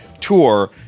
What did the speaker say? tour